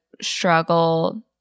struggle